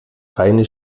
reine